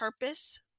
purpose